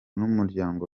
n’umuryango